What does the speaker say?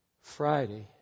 Friday